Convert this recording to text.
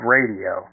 Radio